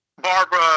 Barbara